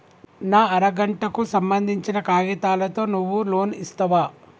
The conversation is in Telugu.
నా అర గంటకు సంబందించిన కాగితాలతో నువ్వు లోన్ ఇస్తవా?